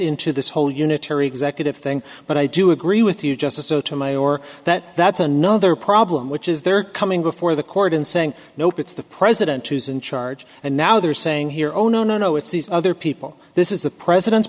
into this whole unitary executive thing but i do agree with you justice sotomayor that that's another problem which is they're coming before the court and saying nope it's the president who's in charge and now they're saying hero no no no it's these other people this is the president's